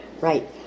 Right